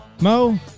Mo